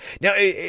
Now